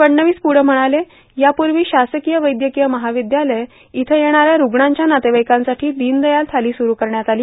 फडणवीस पुढं म्हणाले यापूर्वी शासकीय वैद्यकीय महाविद्यालय इथं येणाऱ्या रूग्णांच्या नातेवाईकांसाठी दिनदयाल थाली सुरू करण्यात आली